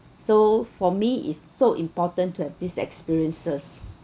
so for me is so important to have these experiences